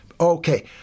Okay